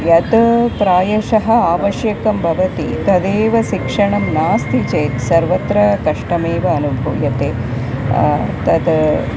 यत् प्रायशः आवश्यकं भवति तदेव शिक्षणं नास्ति चेत् सर्वत्र कष्टमेव अनुभूयते तद्